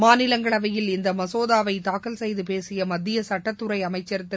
மாநிலங்களவையில் இந்த மசோதாவை தாக்கல் செய்து பேசிய மத்திய சட்டத்துறை அமைச்சர் திரு